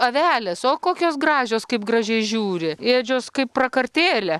avelės o kokios gražios kaip gražiai žiūri ėdžios kaip prakartėlė